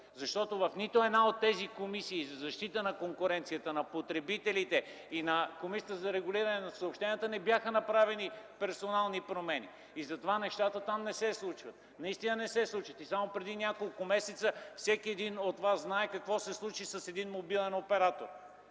Защото в нито една от комисиите – и за защита на конкуренцията, и за защита на потребителите, и на Комисията за регулиране на съобщенията, не бяха направени персонални промени. Затова нещата там не се случват. Наистина не се случват. Само преди няколко месеца всеки от вас знае какво се случи с един мобилен оператор